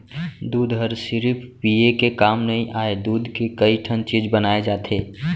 दूद हर सिरिफ पिये के काम नइ आय, दूद के कइ ठन चीज बनाए जाथे